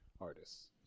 artists